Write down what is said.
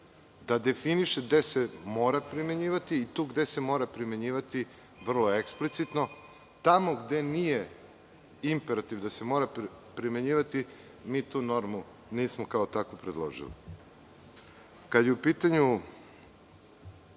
da definiše gde se mora primenjivati i to gde se mora primenjivati vrlo eksplicitno, a tamo gde nije imperativ da se mora primenjivati, mi tu normu nismo kao takvu predložili. Kada je u pitanju